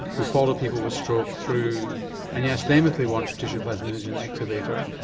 who follow people with strokes through and you ask them if they want tissue plasminogen activator,